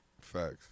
Facts